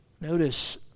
notice